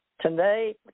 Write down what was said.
Today